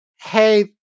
hey